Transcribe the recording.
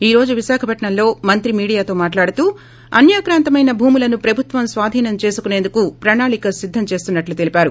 ఈ రోజు విశాఖపట్నంలో మంత్రి మీడియాతో మాట్లాడుతూ అన్యాక్రాంతమైన భూములను ప్రభుత్వం ేస్తాధీనం చేసుకునేందుకు ప్రణాళిక సిద్దం చేస్తున్నట్లు తెలిపారు